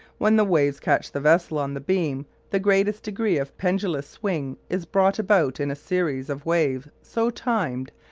when the waves catch the vessel on the beam the greatest degree of pendulous swing is brought about in a series of waves so timed,